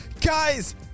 Guys